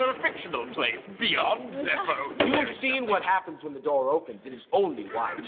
ah fictional place beyond zeffo. you've seen what happens when the door opens, it is only white.